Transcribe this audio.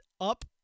up